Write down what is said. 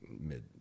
mid